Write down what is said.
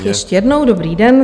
Ještě jednou dobrý den.